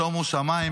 שומו שמיים.